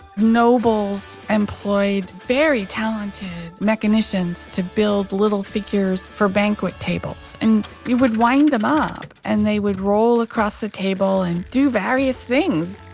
nobles employed very talented mechanicians to build little figures for banquet tables. and you would wind them up and they would roll across the table and do various things